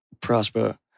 prosper